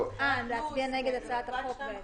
אה, להצביע בעצם נגד הצעת החוק.